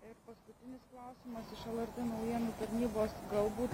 ir paskutinis klausimas iš lrt naujienų tarnybos galbūt